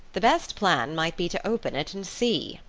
the best plan might be to open it and see,